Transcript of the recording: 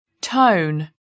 Tone